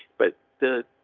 but the.